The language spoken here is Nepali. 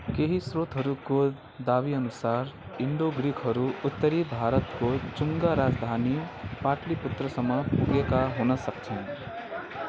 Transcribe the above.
केही स्रोतहरूको दाबीअनुसार इन्डो ग्रीकहरू उत्तरी भारतको चुङ्गा राजधानी पाटलिपुत्रसम्म पुगेका हुन सक्छन्